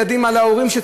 וילדים על ההורים,